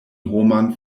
homan